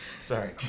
Sorry